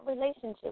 relationship